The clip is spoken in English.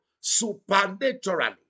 Supernaturally